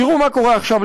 תראו מה קורה עכשיו,